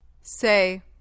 Say